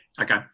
okay